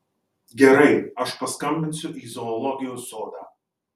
gerai aš paskambinsiu į zoologijos sodą